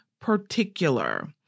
particular